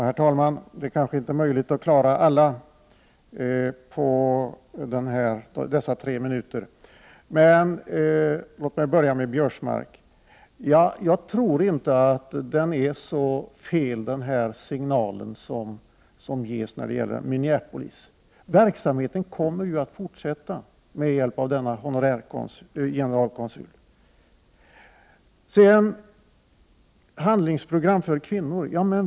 Herr talman! Det är kanske inte möjligt att bemöta alla på dessa tre minuter. Låt mig börja med Karl-Göran Biörsmark. Jag tror inte att den signal som ges är så fel när det gäller Minneapolis. Verksamheten kommer ju att fortsätta med hjälp av denna olönade generalkonsul. Vi följer ju handlingsprogrammet för kvinnor.